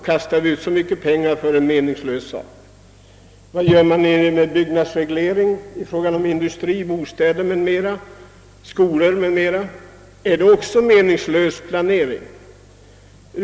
Kastar vi ut så mycket pengar på meningslösa insatser? Är byggnadsregleringen och de åtgärder, som vidtages på industri-, bostadsoch skolområdena 0. S. v. endast uttryck för en meningslös planering?